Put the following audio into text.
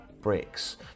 bricks